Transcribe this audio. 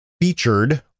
Featured